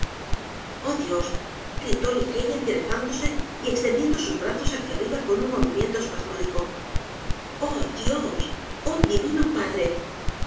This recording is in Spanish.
s gritó ligeia enderezándose y extendiendo sus brazos hacia arriba con un movimiento espasmódico oh dios oh divino